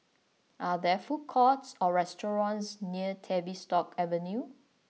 are there food courts or restaurants near Tavistock Avenue